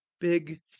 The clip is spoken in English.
big